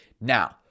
Now